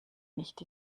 nicht